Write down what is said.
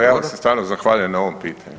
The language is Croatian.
Evo, ja vam se stvarno zahvaljujem na ovom pitanju.